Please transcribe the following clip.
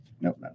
Nope